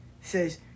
Says